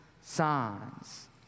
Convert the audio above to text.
signs